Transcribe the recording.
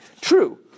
True